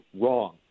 wrong